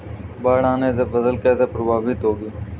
बाढ़ आने से फसल कैसे प्रभावित होगी?